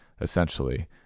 essentially